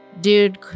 Dude